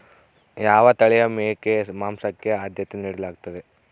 ಯಾವ ತಳಿಯ ಮೇಕೆ ಮಾಂಸಕ್ಕೆ, ಆದ್ಯತೆ ನೇಡಲಾಗ್ತದ?